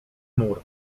mur